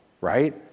right